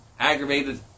aggravated